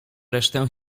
resztę